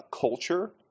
culture